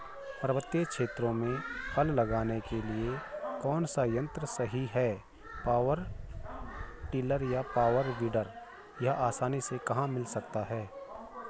पर्वतीय क्षेत्रों में हल लगाने के लिए कौन सा यन्त्र सही है पावर टिलर या पावर वीडर यह आसानी से कहाँ मिल सकता है?